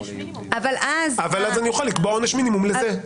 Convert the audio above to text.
אז אני אוכל לקבוע עונש מינימום לזה.